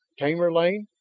tamerlane!